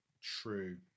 True